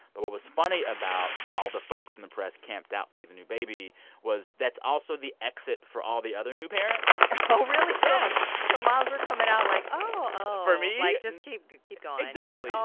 but what was funny about all the folks and the press camped out to see the new baby was that's also the exit for all the other new parents oh, really? yes so moms were coming out like, oh, oh. for me? like, just keep keep going exactly.